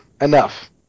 enough